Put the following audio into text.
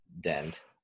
dent